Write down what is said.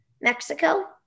Mexico